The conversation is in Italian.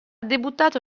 debuttato